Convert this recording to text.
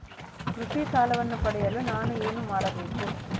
ಕೃಷಿ ಸಾಲವನ್ನು ಪಡೆಯಲು ನಾನು ಏನು ಮಾಡಬೇಕು?